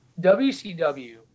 WCW